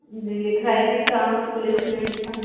जी लिखइ थी अचां पुलिस में ॾिसां